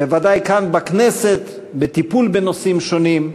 בוודאי כאן בכנסת, בטיפול בנושאים שונים,